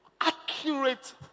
accurate